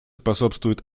способствуют